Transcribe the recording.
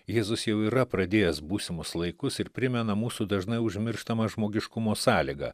jėzus jau yra pradėjęs būsimus laikus ir primena mūsų dažnai užmirštamą žmogiškumo sąlyga